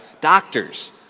Doctors